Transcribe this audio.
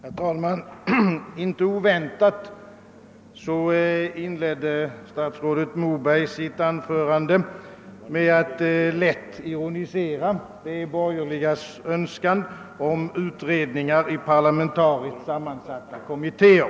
Herr talman! Inte oväntat inledde statsrådet Moberg sitt anförande med att lätt ironisera över de borgerligas önskan om utredningar i parlamentariskt sammansatta kommittéer.